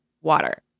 water